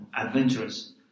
adventurous